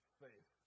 faith